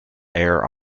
air